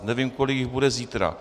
Nevím, kolik jich bude zítra.